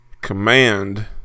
command